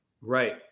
right